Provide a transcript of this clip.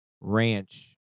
Ranch